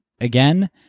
again